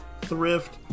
Thrift